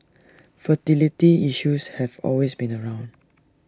fertility issues have always been around